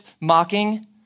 mocking